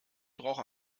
brauche